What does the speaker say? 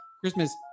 Christmas